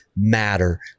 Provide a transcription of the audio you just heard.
Matter